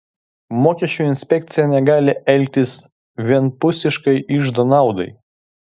mokesčių inspekcija negali elgtis vienpusiškai iždo naudai